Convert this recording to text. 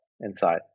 inside